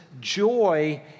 joy